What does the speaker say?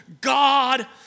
God